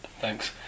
Thanks